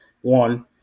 one